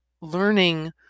learning